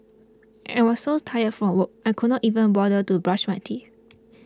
I was so tired from work I could not even bother to brush my teeth